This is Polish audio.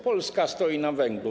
Polska stoi na węglu.